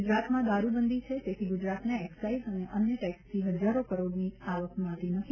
ગુજરાતમાં દારૂબંધી છે તેથી ગુજરાતને એક્સાઇઝ અને અન્ય ટેક્ષથી હજારો કરોડની આવક મળતી નથી